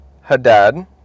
Hadad